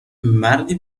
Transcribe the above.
مردی